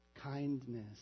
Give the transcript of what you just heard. kindness